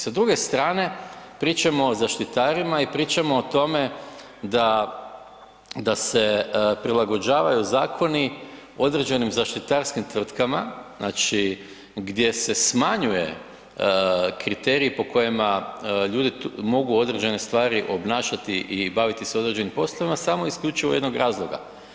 Sa druge strane, pričamo o zaštitarima i pričamo o tome da se prilagođavaju zakonu određenim zaštitarskim tvrtkama, znači gdje se smanjuje kriterij po kojima ljudi mogu određene stvari obnašati i baviti se određenim poslovima samo i isključivo iz jednog razloga.